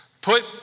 put